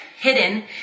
hidden